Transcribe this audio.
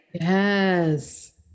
Yes